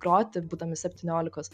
groti būdami septyniolikos